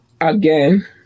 again